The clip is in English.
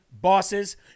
bosses